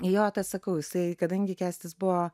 jo tas sakau jisai kadangi kęstis buvo